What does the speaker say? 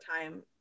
time